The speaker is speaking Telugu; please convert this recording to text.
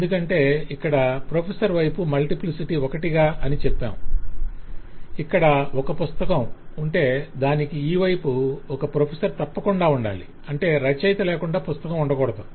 ఎందుకంటే ఇక్కడ ప్రొఫెసర్ వైపు మల్టిప్లిసిటీ ఒకటి అని చెప్పాం ఇక్కడ ఒక పుస్తకం ఉంటే దానికి ఈ వైపు ఒక ప్రొఫెసర్ తప్పకుండా ఉండాలి అంటే రచయిత లేకుండా పుస్తకం ఉండకూడదు